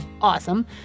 awesome